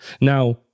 Now